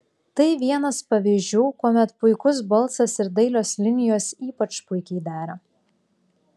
tai vienas pavyzdžių kuomet puikus balsas ir dailios linijos ypač puikiai dera